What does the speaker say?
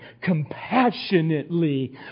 compassionately